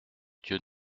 dieu